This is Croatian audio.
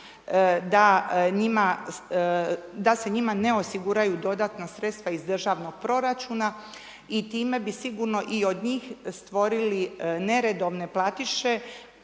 da se njima ne osiguraju dodatna sredstva iz državnog proračuna i time bi sigurno i od njih stvorili neredovne platiše